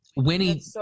Winnie